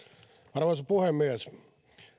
arvoisa puhemies